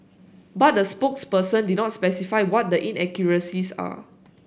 but the spokesperson did not specify what the inaccuracies are